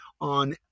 on